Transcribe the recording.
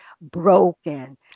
broken